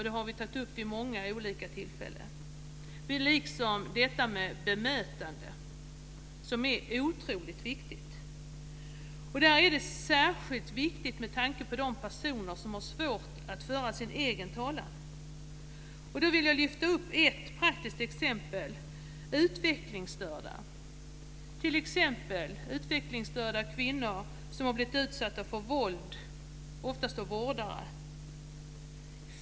Det har vi tagit upp vid många olika tillfällen, liksom bemötandet, som är otroligt viktigt. Särskilt viktigt är det med tanke på de personer som har svårt att föra sin egen talan. Jag vill lyfta fram ett praktiskt exempel, nämligen utvecklingsstörda kvinnor som har blivit utsatta för våld, oftast av vårdare.